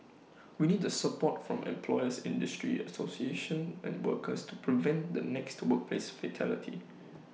we need the support from employers industry association and workers to prevent the next workplace fatality